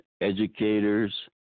educators